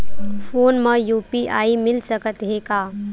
Phone मा UPI मिल सकत हे का?